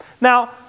Now